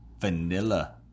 Vanilla